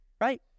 Right